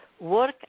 work